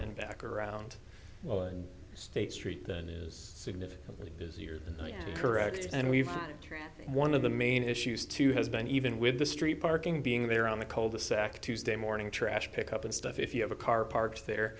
and back around well and state street that is significantly busier than correct and we've one of the main issues too has been even with the street parking being there on the cul de sac tuesday morning trash pick up and stuff if you have a car parked there